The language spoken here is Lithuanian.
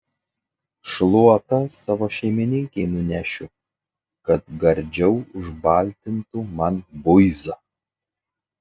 šluotą savo šeimininkei nunešiu kad gardžiau užbaltintų man buizą